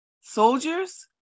soldiers